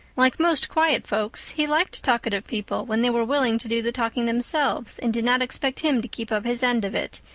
like most quiet folks he liked talkative people when they were willing to do the talking themselves and did not expect him to keep up his end of it.